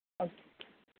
okay